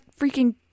freaking